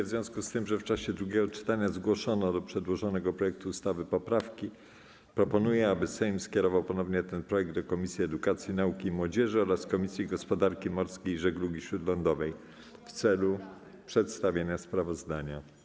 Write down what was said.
W związku z tym, że w czasie drugiego czytania zgłoszono do przedłożonego projektu ustawy poprawki, proponuję, aby Sejm skierował ponownie ten projekt do Komisji Edukacji, Nauki i Młodzieży oraz Komisji Gospodarki Morskiej i Żeglugi Śródlądowej w celu przedstawienia sprawozdania.